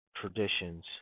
traditions